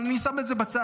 אבל אני שם את זה בצד.